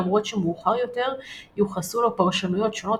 למרות שמאוחר יותר יוחסו לו פרשנויות שונות